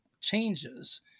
changes